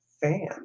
fan